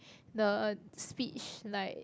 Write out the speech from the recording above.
the speech like